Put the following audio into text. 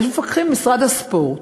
יש מפקחים של משרד הספורט.